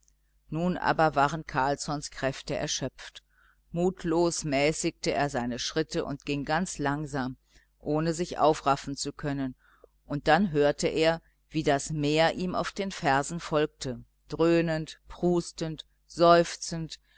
nun waren carlssons kräfte erschöpft mutlos mäßigte er seine schritte und ging ganz langsam ohne sich aufraffen zu können und dann hörte er wie das meer ihm auf den fersen folgte dröhnend prustend seufzend